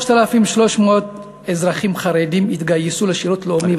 3,300 אזרחים חרדים יתגייסו לשירות לאומי ולצבא,